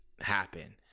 happen